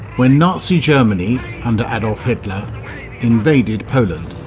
when nazi germany under adolf hitler invaded poland.